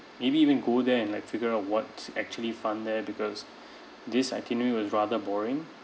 maybe even go there and like figure out what's actually fun there because this itinerary was rather boring